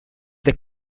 the